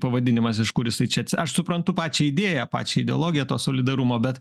pavadinimas iš kur jisai čia aš suprantu pačią idėją pačią ideologiją to solidarumo bet